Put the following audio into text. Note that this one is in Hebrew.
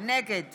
נגד